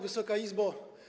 Wysoka Izbo!